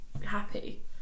happy